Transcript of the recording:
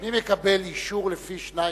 מי מקבל אישור לפי 2(א)(5)?